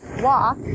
walk